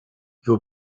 your